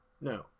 no